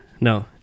No